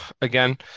again